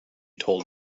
told